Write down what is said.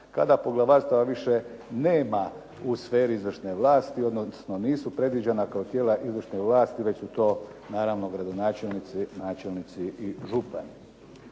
kada poglavarstava više nema u sferi izvršne vlasti, odnosno nisu predviđena kao tijela izvršne vlasti već su to naravno gradonačelnici, načelnici i župani.